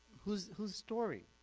whose whose story